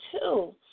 two